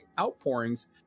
outpourings